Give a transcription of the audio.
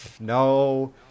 No